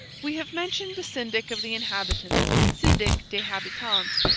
we have mentioned the syndic of the inhabitants syndic des habitants.